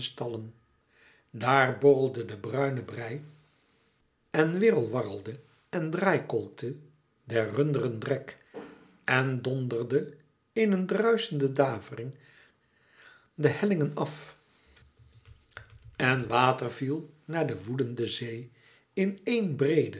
daar borrelde de bruine brei en wirrewarrelde en draaikolkte der runderen drek en donderde in een druischende davering de dellingen af en waterviel naar de woelende zee in éen breeden